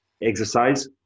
exercise